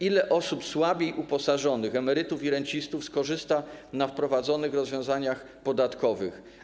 Ile osób słabiej uposażonych, emerytów i rencistów skorzysta na wprowadzonych rozwiązaniach podatkowych?